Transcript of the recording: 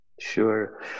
Sure